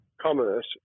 commerce